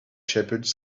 shepherds